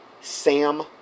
Sam